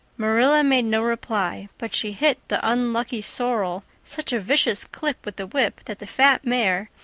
marilla made no reply, but she hit the unlucky sorrel such a vicious clip with the whip that the fat mare,